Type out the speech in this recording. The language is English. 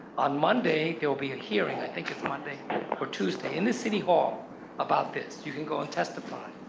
on monday, there will be a hearing. i think it's monday or tuesday in the city hall about this. you can go and testify.